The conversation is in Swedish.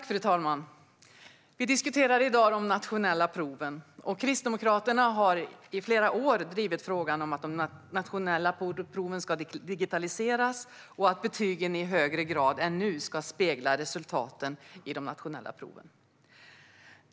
Fru talman! Vi diskuterar i dag de nationella proven. Kristdemokraterna har i flera år drivit frågan om att de nationella proven ska digitaliseras och att betygen i högre grad än nu ska spegla resultaten i de nationella proven.